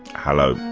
hello,